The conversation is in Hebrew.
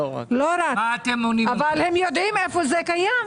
אבל הם יודעים איפה זה קיים.